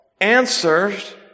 answers